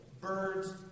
birds